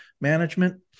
management